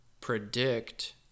predict